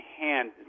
hand